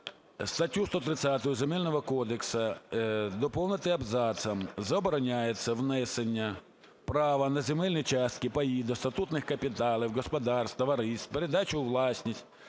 статтю 130 Земельного кодексу доповнити абзацом: забороняється внесення права на земельні частки, паї до статутних капіталів господарств, товариств, передачу у власність